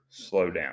slowdown